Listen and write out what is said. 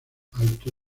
alto